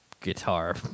guitar